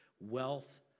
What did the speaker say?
wealth